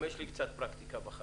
אבל גם לי יש קצת פרקטיקה בחיים.